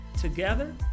Together